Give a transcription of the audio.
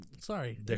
Sorry